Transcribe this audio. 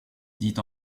dit